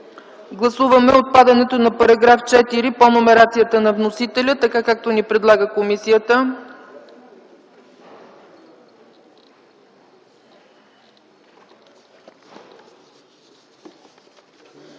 Гласуваме отпадането на § 4 по номерацията на вносителя, така както ни предлага комисията.